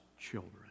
children